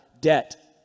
debt